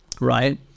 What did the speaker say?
right